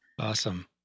Awesome